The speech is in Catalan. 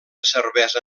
cervesa